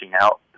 out